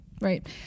right